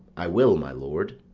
i will, my lord.